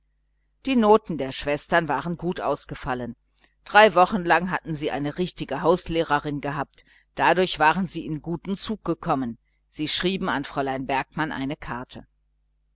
die noten der schwestern waren gut ausgefallen drei wochen lang hatten sie eine richtige hauslehrerin gehabt dadurch waren sie in guten zug gekommen sie schrieben an fräulein bergmann eine schöne karte